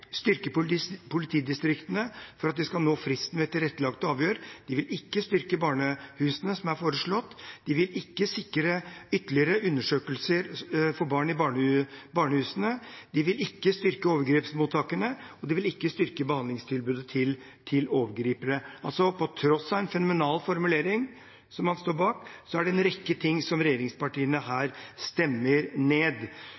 politidistriktene for at de skal nå fristen for tilrettelagte avhør. De vil ikke styrke barnehusene, som foreslått. De vil ikke sikre ytterligere undersøkelser av barn i barnehusene. De vil ikke styrke overgrepsmottakene. Og de vil ikke styrke behandlingstilbudet for overgripere. Altså: På tross av at man står bak en fenomenal formulering, er det en rekke ting som regjeringspartiene